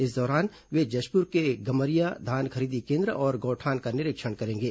इस दौरान वे जशपुर के गमरिया धान खरीदी केन्द्र और गौठान का निरीक्षण करेंगे